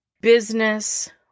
business